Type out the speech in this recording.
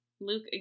Luke